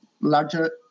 larger